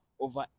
over